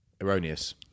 erroneous